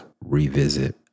revisit